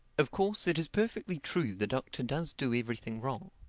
of course it is perfectly true the doctor does do everything wrong.